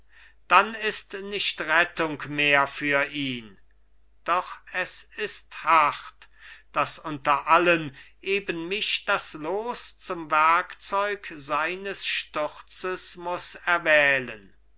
dann ist nicht rettung mehr für ihn doch es ist hart daß unter allen eben mich das los zum werkzeug seines sturzes muß erwählen